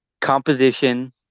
composition